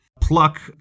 pluck